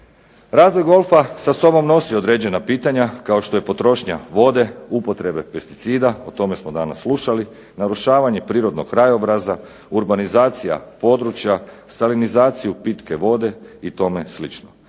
Razvoj golfa sa sobom nosi određena pitanja kao što je potrošnja vode, upotrebe pesticida, o tome smo danas slušali, narušavanje prirodnog krajobraza, urbanizacija područja, stalinizaciju pitke vode i